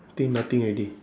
think nothing already